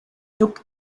took